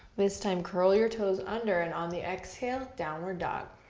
this time curl your toes under and on the exhale, downward dog.